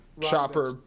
Chopper